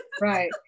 right